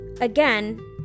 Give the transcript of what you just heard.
again